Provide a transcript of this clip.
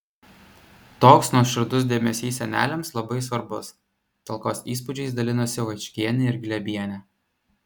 toks nuoširdus dėmesys seneliams labai svarbus talkos įspūdžiais dalinosi vaičkienė ir glėbienė